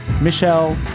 Michelle